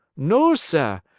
no, seh!